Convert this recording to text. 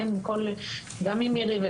גם עם מירי,